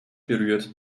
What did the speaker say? berührt